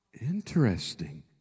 Interesting